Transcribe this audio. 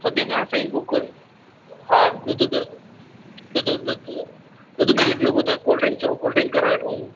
थधे में आहे साईं आहे ॾुध ॾुध ॾुध ॾुध मिली वेंदो ॿियों तव्हांखे कोल्ड ड्रिंक चओ कोल्ड ड्रिंक कराए वठूं